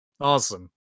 Awesome